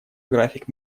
график